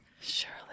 Surely